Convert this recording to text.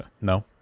No